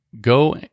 go